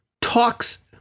talks